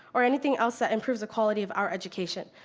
or anything else that improves the quality of our education,